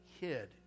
hid